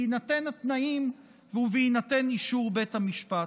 בהינתן התנאים ובהינתן אישור בית המשפט.